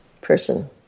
person